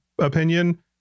opinion